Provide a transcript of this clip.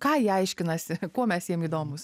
ką jie aiškinasi kuo mes jiem įdomūs